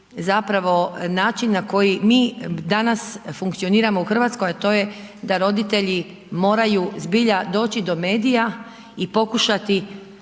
zapravo način na koji mi danas funkcioniramo u Hrvatskoj, a to je da roditelji moraju zbilja doći do medija i pokušati